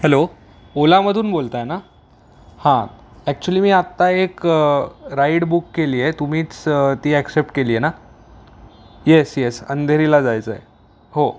hello ओलामधून बोलताय ना हा ॲक्च्युली मी आत्ता एक राईड बुक केली आहे तुम्हीच ती ॲक्सेप्ट केली आहे ना येस येस अंधेरीला जायचं आहे हो